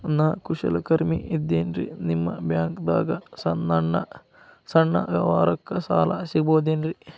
ನಾ ಕುಶಲಕರ್ಮಿ ಇದ್ದೇನ್ರಿ ನಿಮ್ಮ ಬ್ಯಾಂಕ್ ದಾಗ ನನ್ನ ಸಣ್ಣ ವ್ಯವಹಾರಕ್ಕ ಸಾಲ ಸಿಗಬಹುದೇನ್ರಿ?